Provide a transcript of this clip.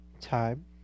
Time